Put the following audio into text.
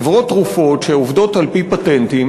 חברות תרופות שעובדות על-פי פטנטים,